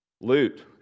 Loot